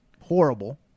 horrible